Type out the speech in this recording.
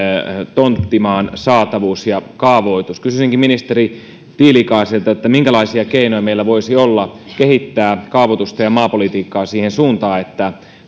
tonttimaan saatavuus ja kaavoitus kysyisinkin ministeri tiilikaiselta minkälaisia keinoja meillä voisi olla kehittää kaavoitusta ja maapolitiikkaa siihen suuntaan että